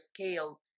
scale